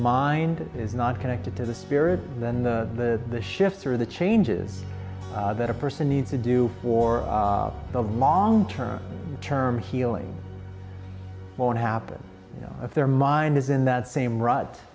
mind is not connected to the spirit and then the shifts are the changes that a person needs to do for the long term term healing won't happen you know if their mind is in that same r